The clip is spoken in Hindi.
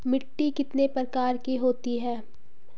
मिट्टी कितने प्रकार की होती है?